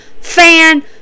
fan